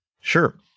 Sure